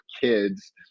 kids